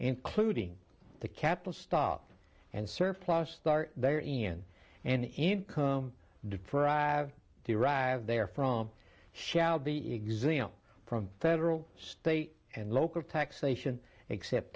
including the capital stock and surplus start there in an income derived derives therefrom shall be exempt from federal state and local taxation except